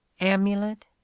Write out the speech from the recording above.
amulet